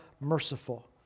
merciful